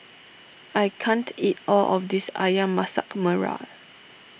I can't eat all of this Ayam Masak Merah